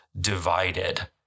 divided